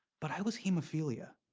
but i was hemophilia.